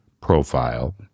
profile